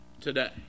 today